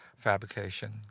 fabrication